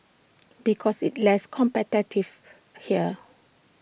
because it's less competitive here